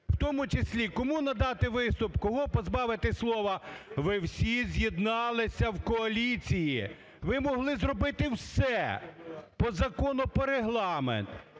у тому числі, кому надати виступ, кого позбавити слова, ви всі з'єдналися в коаліції. Ви могли зробити все по Закону про Регламент.